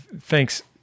thanks